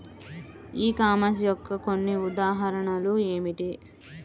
ఈ కామర్స్ యొక్క కొన్ని ఉదాహరణలు ఏమిటి?